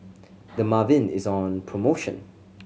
dermaveen is on promotion